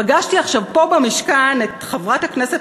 פגשתי עכשיו פה במשכן את חברת הכנסת